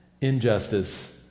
Injustice